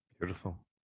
Beautiful